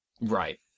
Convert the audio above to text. Right